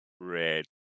red